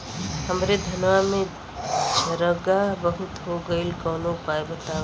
हमरे धनवा में झंरगा बहुत हो गईलह कवनो उपाय बतावा?